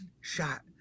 shot